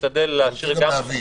צריך גם להבין.